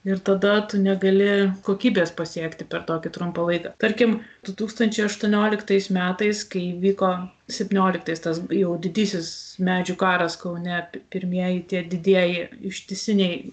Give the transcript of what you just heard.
ir tada tu negali kokybės pasiekti per tokį trumpą laiką tarkim du tūkstančiai aštuonioliktais metais kai vyko septynioliktais tas jau didysis medžių karas kaune pirmieji tie didieji ištisiniai